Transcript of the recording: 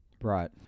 right